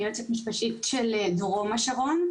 אני יועצת משפטית של דרום השרון,